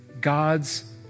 God's